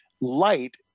Light